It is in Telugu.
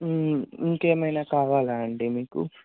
ఇంకేమైనా కావాలా అండి మీకు